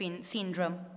syndrome